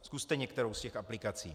Zkuste některou z těch aplikací.